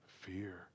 fear